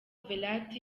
verratti